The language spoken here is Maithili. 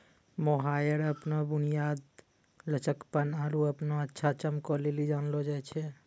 मोहायर अपनो बुनियाद, लचकपन आरु अपनो अच्छा चमको लेली जानलो जाय छै